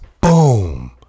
Boom